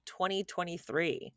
2023